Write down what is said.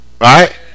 Right